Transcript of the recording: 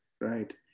Right